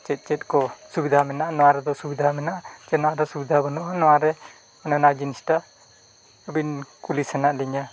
ᱪᱮᱫ ᱪᱮᱫ ᱠᱚ ᱥᱩᱵᱤᱫᱷᱟ ᱢᱮᱱᱟᱜᱼᱟ ᱱᱚᱣᱟ ᱨᱮᱫᱚ ᱥᱩᱵᱤᱫᱷᱟ ᱢᱮᱱᱟᱜᱼᱟ ᱪᱮᱫ ᱨᱮᱱᱟᱜ ᱫᱚ ᱥᱩᱵᱤᱫᱷᱟ ᱵᱟᱹᱱᱩᱜᱼᱟ ᱱᱚᱣᱟᱨᱮ ᱚᱱᱟ ᱡᱤᱱᱤᱥᱴᱟᱜ ᱟᱹᱵᱤᱱ ᱠᱩᱞᱤ ᱥᱟᱱᱟᱭᱮᱫ ᱞᱤᱧᱟ